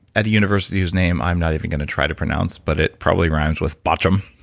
at a university whose name i'm not even going to try to pronounce but it probably rhymes with botchum,